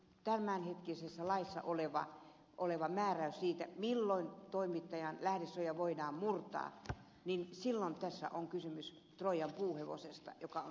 tämänhetkisessä laissa oleva oli edellytykset sille milloin toimittajan lähdesuoja voidaan murtaa ovat lievemmät kuin tämänhetkisessä laissa niin silloin tässä on kysymys troijan puuhevosesta joka on sinne ujutettu